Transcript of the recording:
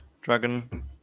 dragon